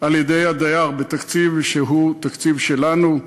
בתקציב שהוא תקציב שלנו,